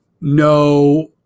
No